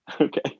Okay